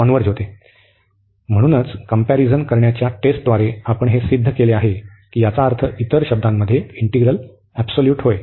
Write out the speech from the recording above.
आणि म्हणूनच कंपॅरिझन करण्याच्या टेस्टद्वारे आपण हे सिद्ध केले आहे की याचा अर्थ इतर शब्दांमध्ये इंटिग्रल म्हणजे एबसोल्यूट होय